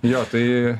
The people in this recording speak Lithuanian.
jo tai